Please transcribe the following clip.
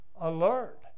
alert